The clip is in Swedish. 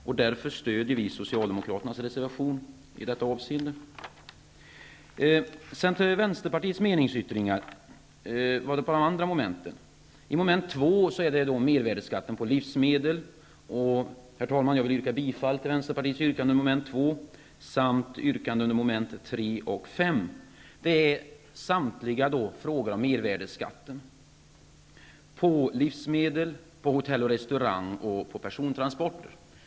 Vi stöder därför Socialdemokraternas reservation i detta avseende. Jag yrkar bifall till Vänsterpartiets meningsyttringar avseende mom. 2, 3 och 5. Dessa meningsyttringar rör frågor om mervärdesskatten på livsmedel, hotell och restaurangtjänster och persontransporter.